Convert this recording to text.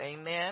Amen